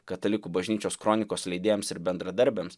katalikų bažnyčios kronikos leidėjams ir bendradarbiams